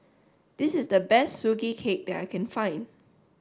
this is the best Sugee cake that I can find